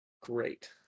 great